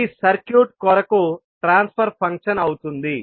అది సర్క్యూట్ కొరకు transfer function అవుతుంది